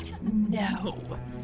No